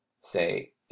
say